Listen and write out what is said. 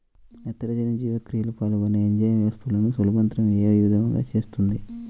నత్రజని జీవక్రియలో పాల్గొనే ఎంజైమ్ వ్యవస్థలను సులభతరం ఏ విధముగా చేస్తుంది?